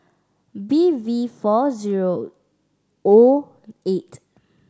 B V four zero O eight